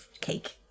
cake